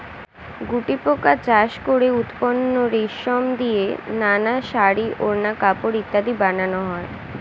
গুটিপোকা চাষ করে উৎপন্ন রেশম দিয়ে নানা শাড়ী, ওড়না, কাপড় ইত্যাদি বানানো হয়